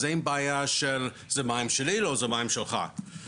אז אין בעיה של מים שלי או מים שלך.